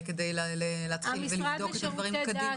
כדי להתחיל ולבדוק את הדברים קדימה?